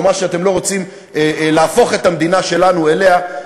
או מה שאתם לא רוצים להפוך את המדינה שלנו אליו,